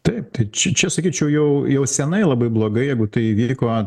taip tai čia sakyčiau jau jau senai labai blogai jeigu tai įvyko